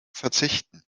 verzichten